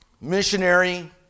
missionary